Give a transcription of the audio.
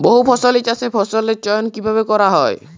বহুফসলী চাষে ফসলের চয়ন কীভাবে করা হয়?